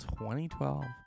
2012